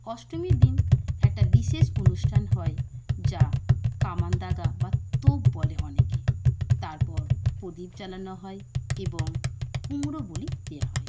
অষ্টমীর দিন একটা বিশেষ অনুষ্ঠান হয় যা কামান দাগা বা তোপ বলে অনেকে তারপর প্রদীপ জ্বালানো হয় এবং কুমড়ো বলি দেওয়া হয়